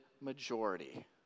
majority